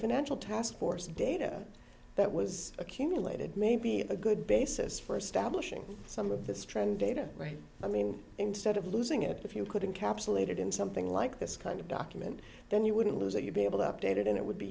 financial taskforce data that was accumulated may be a good basis for establishing some of this trend data right i mean instead of losing it if you couldn't capsulated in something like this kind of document then you wouldn't lose that you'd be able to update it and it would be